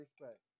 respect